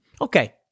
Okay